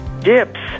dips